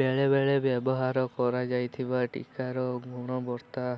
ବେଳେବେଳେ ବ୍ୟବହାର କରାଯାଉଥିବା ଟିକାର ଗୁଣବତ୍ତା